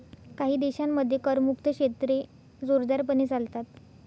काही देशांमध्ये करमुक्त क्षेत्रे जोरदारपणे चालतात